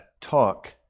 talk